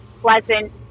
pleasant